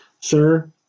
sir